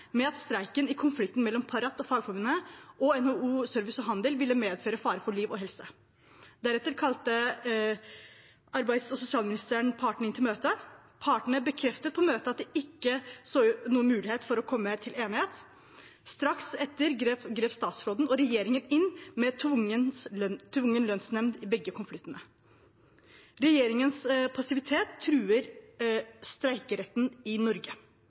med at streikene i konflikten mellom Parat/Fagforbundet og NHO Service og Handel ville medføre fare for liv og helse. Deretter kalte arbeids- og sosialministeren partene inn til møte. Partene bekrefter på møtet at de ikke så noen mulighet for å komme til enighet. Straks etter grep statsråden og regjeringen inn med tvungen lønnsnemnd i begge konfliktene. Regjeringens passivitet truer streikeretten i Norge.